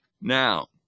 Now